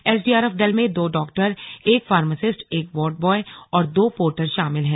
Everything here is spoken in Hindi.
एसडीआरएफ दल में दो डॉक्टर एक फार्मिस्सट एक वॉर्ड ब्वॉय और दो पोर्टर हैं